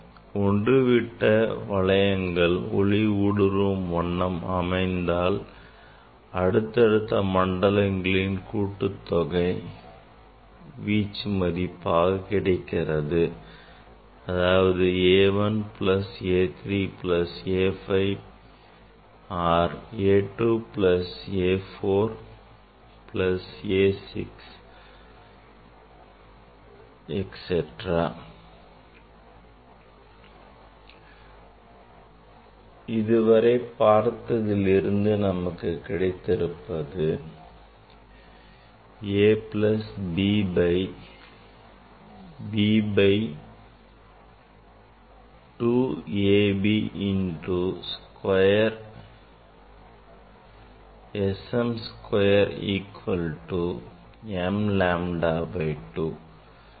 ஒன்றுவிட்ட வளையங்கள் ஒளி ஊடுருவும் வண்ணம் அமைத்தால் அடுத்தடுத்த மண்டலங்களின் கூட்டுத்தொகை வீச்சு கிடைக்கிறது அதாவது A 1 plus A 3 plus A 5 or A 2 plus A 4 plus A 6 etcetera இதுவரை பார்த்ததில் இருந்து நமக்கு கிடைத்திருப்பது a plus b by a b by to a b into S m square equal to m lambda by 2